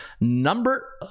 number